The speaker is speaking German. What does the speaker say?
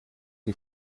die